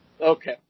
Okay